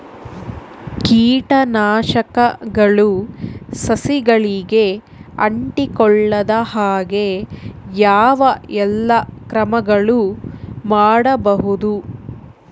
ಕೇಟನಾಶಕಗಳು ಸಸಿಗಳಿಗೆ ಅಂಟಿಕೊಳ್ಳದ ಹಾಗೆ ಯಾವ ಎಲ್ಲಾ ಕ್ರಮಗಳು ಮಾಡಬಹುದು?